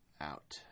Out